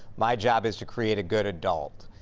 my job is to create a good adult.